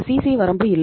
CC வரம்பு இல்லை